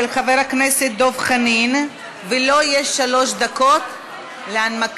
של חבר הכנסת דב חנין, ולו יש שלוש דקות להנמקה.